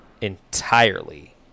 entirely